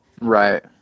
Right